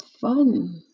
fun